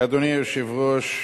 אדוני היושב-ראש,